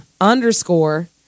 underscore